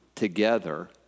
together